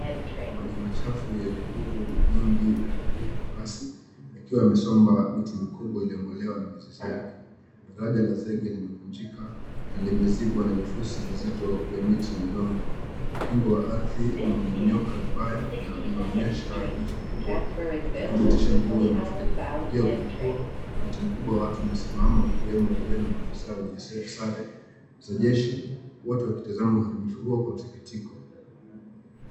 Maji machafu yenye nguvu nyingi, yatiririka kwa kasi yakiwa yamesimba miti mikubwa iliyongoloewa na miziz yake, daraja la zege limevinjika na limezibwa na vifusi vizuto vya miti na udongo, ukingo wa ardhi umemomonyoka vibaya na inaonyesha miti kubwa, ikionyesha nguvu ya mafuriko, juu ya ukingo huo umati mkubwa wa watu umesimama ikiwemo raia na maafisa wenye sare za jeshi, wote wakitazama uharibifu huo kwa msikitiko.